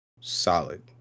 solid